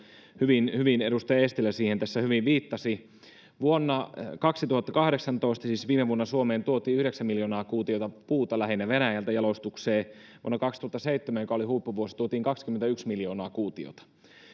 hyvin hyvin edustaja eestilä viittasi vuonna kaksituhattakahdeksantoista siis viime vuonna suomeen tuotiin yhdeksän miljoonaa kuutiota puuta lähinnä venäjältä jalostukseen vuonna kaksituhattaseitsemän joka oli huippuvuosi tuotiin kaksikymmentäyksi miljoonaa kuutiota